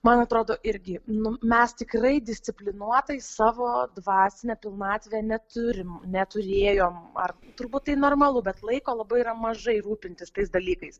man atrodo irgi nu mes tikrai disciplinuotai savo dvasinę pilnatvę neturim neturėjom ar turbūt tai normalu bet laiko labai yra mažai rūpintis tais dalykais